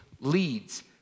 leads